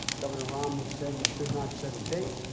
governor romney said we should not set a date,